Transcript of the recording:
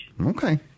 okay